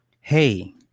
Hey